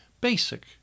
basic